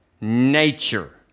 nature